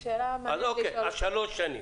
אוקיי, אז שלוש שנים.